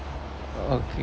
okay